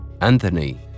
Anthony